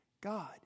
God